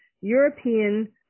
European